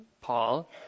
Paul